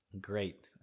Great